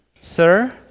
Sir